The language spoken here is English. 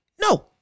No